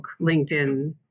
LinkedIn